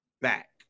back